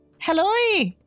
hello